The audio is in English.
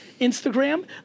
Instagram